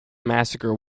massacre